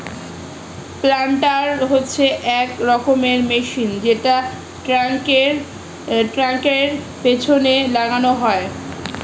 planter হচ্ছে এক রকমের মেশিন যেটা ট্র্যাক্টরের পেছনে লাগানো হয়